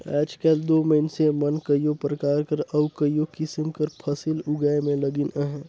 आएज काएल दो मइनसे मन कइयो परकार कर अउ कइयो किसिम कर फसिल उगाए में लगिन अहें